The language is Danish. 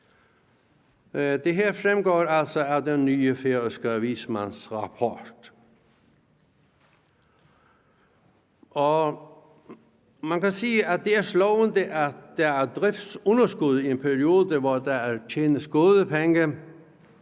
Det her fremgår altså af den nye færøske vismandsrapport. Man kan sige, at det er slående, at der er driftsunderskud i en periode, hvor der tjenes gode penge